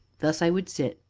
thus i would sit,